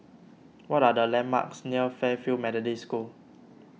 what are the landmarks near Fairfield Methodist School